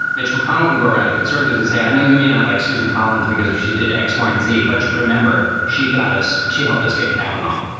mitch mcconnell can go around to conservatives and say, i know you may not like susan collins because she did x, y and z. but remember, she got us. she helped us get cavanaugh.